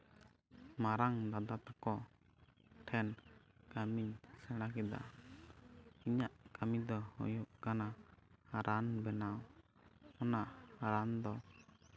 ᱢᱟᱨᱟᱝ ᱫᱟᱫᱟ ᱛᱟᱠᱚ ᱴᱷᱮᱱ ᱠᱟᱹᱢᱤ ᱥᱮᱬᱟ ᱠᱮᱫᱟ ᱤᱧᱟᱹᱜ ᱠᱟᱹᱢᱤ ᱫᱚ ᱦᱩᱭᱩᱜ ᱠᱟᱱᱟ ᱨᱟᱱ ᱵᱮᱱᱟᱣ ᱚᱱᱟ ᱟᱲᱟᱝ ᱫᱚ